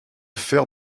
faire